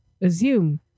assume